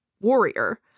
warrior